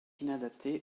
inadapté